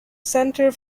center